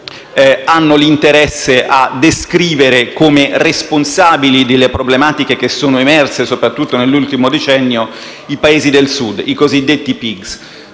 hanno l'interesse a descrivere come responsabili delle problematiche emerse soprattutto nell'ultimo decennio i Paesi del Sud (i cosiddetti PIGS).